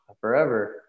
forever